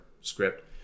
script